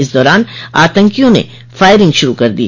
इस दौरान आतंकियों ने फायरिंग शुरू कर दी